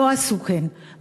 לא עשו כן,